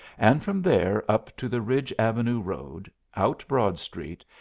and from there up to the ridge avenue road, out broad street,